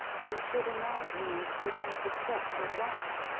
you should, in my opinion, take active steps at once